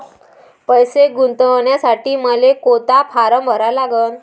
पैसे गुंतवासाठी मले कोंता फारम भरा लागन?